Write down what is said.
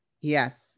yes